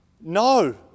No